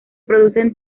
producen